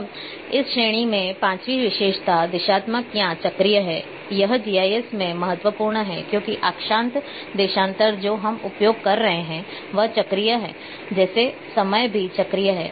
अब इस श्रेणी में पांचवीं विशेषता दिशात्मक या चक्रीय है यह जीआईएस में महत्वपूर्ण है क्योंकि अक्षांश देशांतर जो हम उपयोग कर रहे हैं वह चक्रीय है जैसे समय भी चक्रीय है